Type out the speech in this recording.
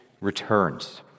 returns